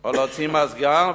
או לשים מזגן,